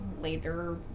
later